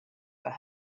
for